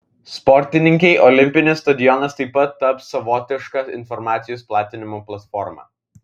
sportininkei olimpinis stadionas taip pat taps savotiška informacijos platinimo platforma